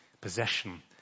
possession